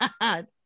god